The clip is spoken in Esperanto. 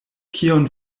kion